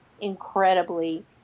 incredibly